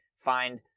find